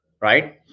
right